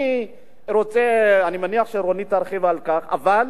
אני רוצה, אני מניח שרונית תרחיב על כך, אבל